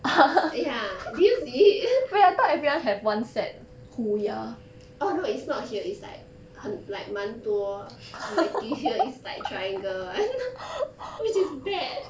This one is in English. ya do you see it orh no it's not here it's like 很 like 蛮多 my teeth here is like triangle [one] which is bad